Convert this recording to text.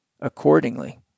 accordingly